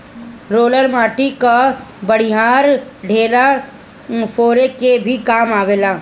roller माटी कअ बड़ियार ढेला फोरे के भी काम आवेला